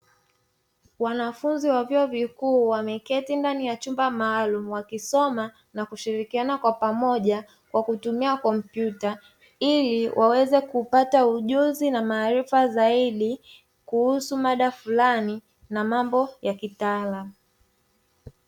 Wanafunzi wa vyuo vikuu wameketi ndani ya chumba maalumu. Wakisoma na kushirikiana kwa pamoja kwa kutumia kompyuta. Ili waweze kupata ujuzi na maarifa zaidi, kuhusu mada fulani na mambo ya kitaalamu.